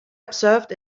observed